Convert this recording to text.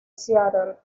seattle